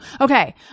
Okay